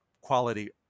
quality